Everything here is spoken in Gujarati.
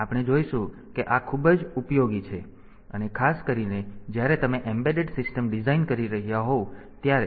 તેથી આપણે જોઈશું કે આ ખૂબ જ ઉપયોગી છે અને ખાસ કરીને જ્યારે તમે એમ્બેડેડ સિસ્ટમ્સ ડિઝાઇન કરી રહ્યાં હોવ ત્યારે